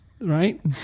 Right